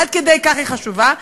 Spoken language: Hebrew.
עד כדי כך היא חשובה.